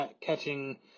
Catching